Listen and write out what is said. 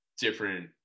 different